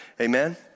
Amen